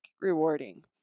rewarding